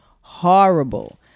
Horrible